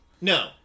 No